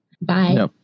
Bye